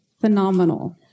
phenomenal